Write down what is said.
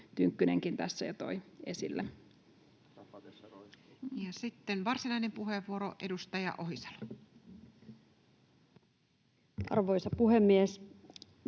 Tynkkynenkin tässä jo toi esille. Ja sitten varsinainen puheenvuoro, edustaja Ohisalo. Arvoisa puhemies!